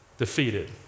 defeated